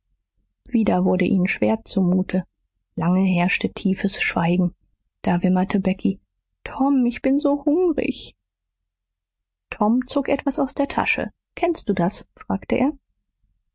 wieder wurde ihnen schwer zumute lange herrschte tiefes schweigen da wimmerte becky tom ich bin so hungrig tom zog etwas aus der tasche kennst du das fragte er